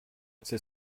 c’est